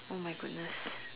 !oh-my-goodness!